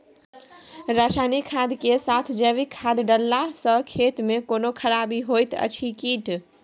रसायनिक खाद के साथ जैविक खाद डालला सॅ खेत मे कोनो खराबी होयत अछि कीट?